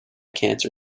cancer